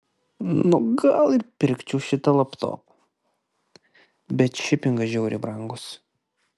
nu gal ir pirkčiau šitą laptopą bet šipingas žiauriai brangus